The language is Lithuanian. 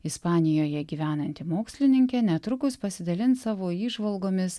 ispanijoje gyvenanti mokslininkė netrukus pasidalins savo įžvalgomis